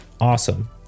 awesome